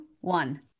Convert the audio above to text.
one